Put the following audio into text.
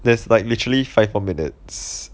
there's like literally five more minutes